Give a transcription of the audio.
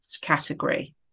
category